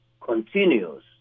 continues